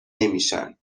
نمیشن